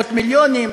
מאות מיליונים,